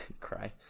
Cry